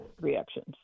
reactions